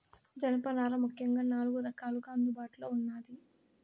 జనపనార ముఖ్యంగా నాలుగు రకాలుగా అందుబాటులో ఉన్నాది